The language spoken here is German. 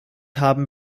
haben